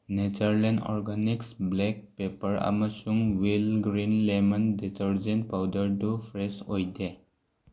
ꯅꯦꯆꯔꯂꯦꯟ organics black pepper ꯑꯃꯁꯨꯡ ꯋꯤꯜ ꯒ꯭ꯔꯤꯟ ꯂꯦꯃꯟ ꯗꯤꯇꯔꯖꯦꯟ ꯄꯥꯎꯗꯔꯗꯨ ꯐ꯭ꯔꯦꯁ ꯑꯣꯏꯗꯦ